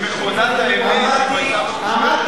אמרת שמכונת האמת, אם היתה מוצבת, תתרסק.